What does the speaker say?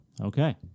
Okay